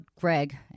Greg